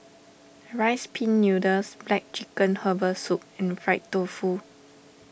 Rice Pin Noodles Black Chicken Herbal Soup and Fried Tofu